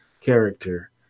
character